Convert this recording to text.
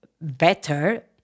better